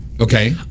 Okay